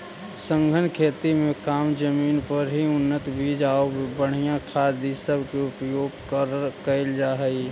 सघन खेती में कम जमीन पर ही उन्नत बीज आउ बढ़ियाँ खाद ई सब के उपयोग कयल जा हई